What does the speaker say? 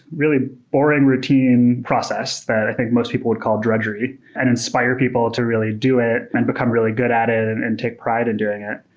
really boring routine process that i think most people would call drudgery, and inspire people to really do it and become really good at it and and take pride in and doing it.